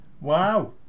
Wow